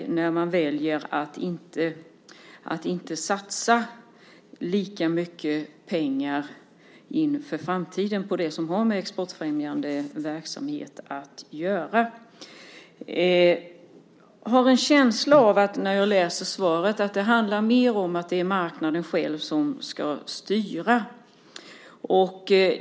När jag läser svaret får jag en känsla av att det mer handlar om att marknaden själv ska styra.